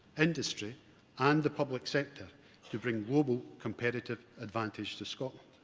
industry and the public sector to bring global competitive advantage to scotland.